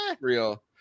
real